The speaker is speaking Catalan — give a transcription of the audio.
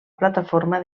plataforma